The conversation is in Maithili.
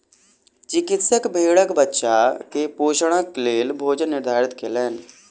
चिकित्सक भेड़क बच्चा के पोषणक लेल भोजन निर्धारित कयलैन